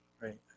right